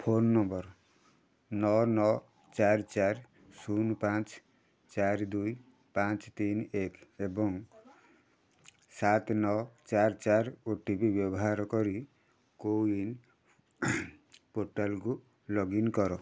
phone number ନଅ ନଅ ଚାରି ଚାରି ଶୂନ ପାଞ୍ଚ ଚାରି ଦୁଇ ପାଞ୍ଚ ତିନି ଏକ୍ ଏବଂ ସାତ ନଅ ଚାରି ଚାରି ଓ ଟି ପି ବ୍ୟବହାର କରି କୋ ୱିନ ପୋର୍ଟାଲକୁ ଲଗ୍ଇନ କର